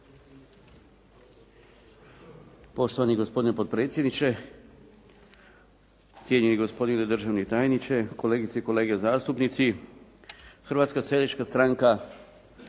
Hrvatska seljačka stranka